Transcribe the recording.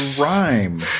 rhyme